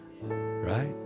right